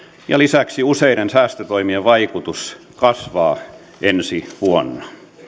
ja lisäksi useiden säästötoimien vaikutus kasvaa ensi vuonna